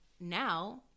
now